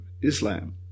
Islam